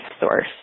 source